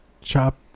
chop